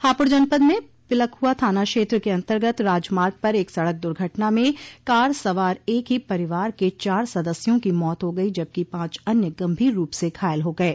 हापुड़ जनपद में पिलखुआ थाना क्षेत्र के अन्तर्गत राजमार्ग पर एक सड़क दुर्घटना में कार सवार एक ही परिवार के चार सदस्यों की मौत हो गई जबकि पांच अन्य गंभीर रूप से घायल हो गये